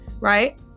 Right